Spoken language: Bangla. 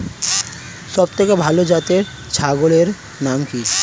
সবথেকে ভালো জাতের ছাগলের নাম কি?